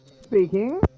Speaking